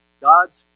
God's